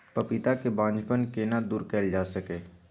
पपीता के बांझपन केना दूर कैल जा सकै ये?